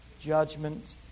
Judgment